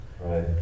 Right